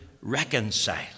reconcile